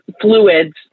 fluids